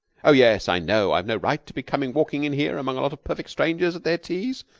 oh, yes, i know i've no right to be coming walking in here among a lot of perfect strangers at their teas,